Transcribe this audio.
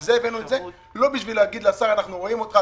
לכן הבאנו את זה לא כדי לומר לשר: תבוא.